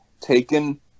taken